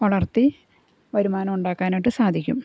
വളർത്തി വരുമാനമുണ്ടാക്കാനായിട്ട് സാധിക്കും